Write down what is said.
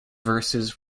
verses